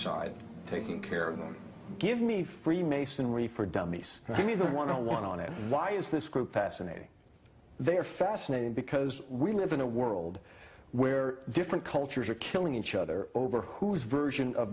bedside taking care of them give me freemasonry for dummies i mean the one i want to why is this group fascinating they're fascinating because we live in a world where different cultures are killing each other over who's version of